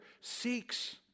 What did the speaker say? seeks